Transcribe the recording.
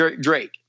Drake